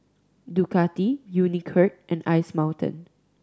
Ducati Unicurd and Ice Mountain